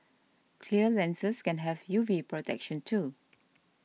clear lenses can have U V protection too